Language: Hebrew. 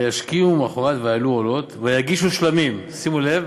"וישכימו ממחרת ויעלו עלת ויגשו שלמים"; שימו לב,